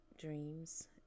dreams